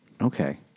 Okay